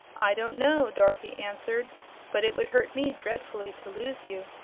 i don't know, dorothy answered but it would hurt me dre'fully to lose you.